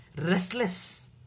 Restless